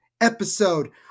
episode